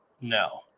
No